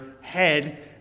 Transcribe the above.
head